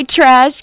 trash